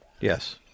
Yes